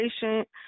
patient